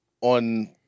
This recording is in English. on